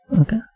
Okay